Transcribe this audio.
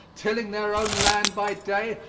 tilling their own land by day,